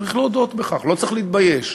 צריך להודות בכך, לא צריך להתבייש.